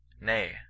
nay